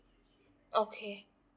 okay